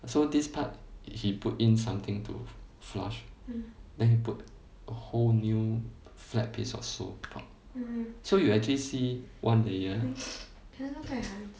so this part he put in something to flush then he put a whole new flat piece of sole so you actually see one layer